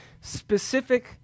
specific